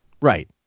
right